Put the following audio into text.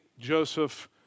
Joseph